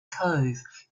cove